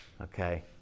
Okay